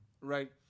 right